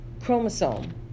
chromosome